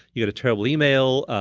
you get a terrible email.